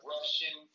Russian